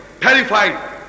terrified